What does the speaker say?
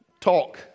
talk